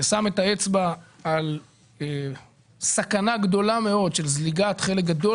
ששם את האצבע על סכנה גדולה מאוד של זליגת חלק גדול